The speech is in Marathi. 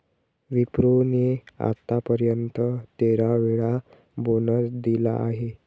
विप्रो ने आत्तापर्यंत तेरा वेळा बोनस दिला आहे